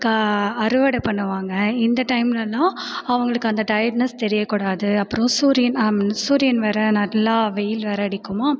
க அறுவடை பண்ணுவாங்க இந்த டைம்லெலாம் அவர்களுக்கு அந்த டயர்ட்னஸ் தெரியக்கூடாது அப்புறம் சூரியன் சூரியன் வேறு நல்லா வெயில் வேறு அடிக்குமா